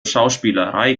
schauspielerei